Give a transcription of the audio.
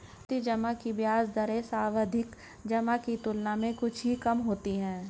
आवर्ती जमा की ब्याज दरें सावधि जमा की तुलना में कुछ ही कम होती हैं